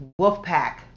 Wolfpack